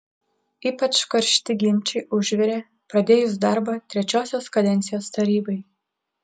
ypač karšti ginčai užvirė pradėjus darbą trečiosios kadencijos tarybai